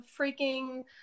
freaking